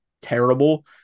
terrible